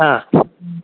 हा